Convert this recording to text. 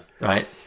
right